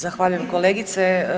Zahvaljujem kolegice.